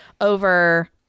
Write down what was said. over